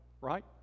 right